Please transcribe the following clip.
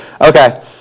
Okay